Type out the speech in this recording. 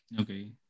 Okay